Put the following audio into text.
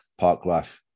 Parklife